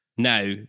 Now